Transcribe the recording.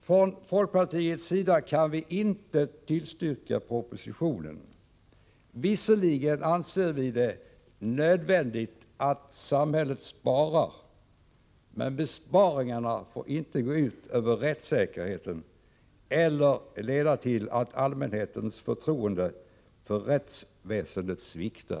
Från folkpartiets sida kan vi inte tillstyrka propositionen. Visserligen anser vi det nödvändigt att samhället sparar, men besparingarna får inte gå ut över rättssäkerheten eller leda till att allmänhetens förtroende för rättsväsendet sviktar.